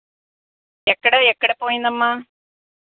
ఎక్కడ ఎక్కడ పోయిందమ్మా